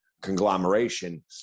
conglomeration